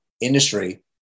industry